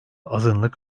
azınlık